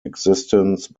existence